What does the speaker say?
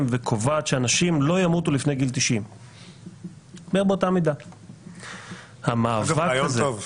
וקובעת שאנשים לא ימותו לפני גיל 90. זה רעיון טוב.